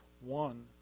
one